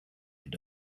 and